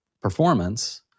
performance